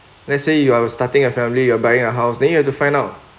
let's say you are starting a family you are buying a house then you have to find out